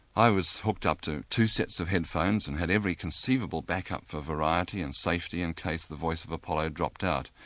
i was hooked up to two sets of headphones and had every conceivable back-up for variety and safety in case the voice of apollo dropped out,